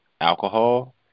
alcohol